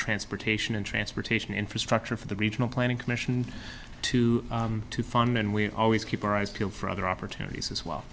transportation and transportation infrastructure for the regional planning commission to to fund and we always keep our eyes peeled for other opportunities as well